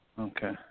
Okay